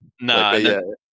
No